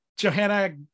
Johanna